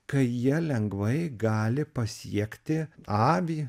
kai jie lengvai gali pasiekti avį